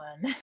one